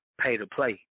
pay-to-play